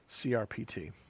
CRPT